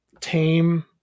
tame